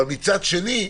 אבל מצד שני,